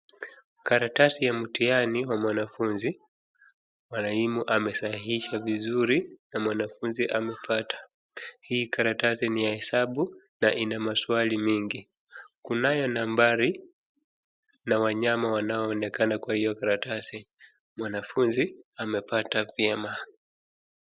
Karatasi ya mtihani wa mwanafunzi. Mwalimu amesahihisha vizuri na mwanafunzi amepata. Hii karatsi ni ya hesabu na ina maswali mingi. Kunayo nambari na wanyama wanao onekana kwa hiyo karatasi. Mwanafunzi amepata vyema.